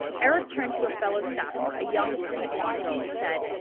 eric turned to a fellow staffer, a young pretty blond girl, and said,